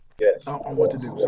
Yes